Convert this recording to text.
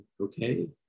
okay